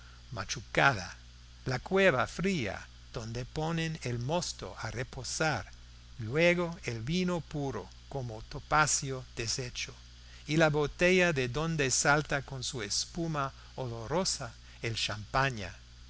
machucada la cueva fría donde ponen el mosto a reposar y luego el vino puro como topacio deshecho y la botella de donde salta con su espuma olorosa el champaña